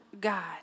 God